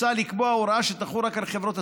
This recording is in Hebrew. מוצע לקבוע הוראה שתחול רק על חברות הסלולר,